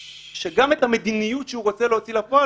שגם את המדיניות שהוא רוצה להוציא לפועל,